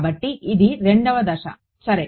కాబట్టి ఇది రెండవ దశ సరే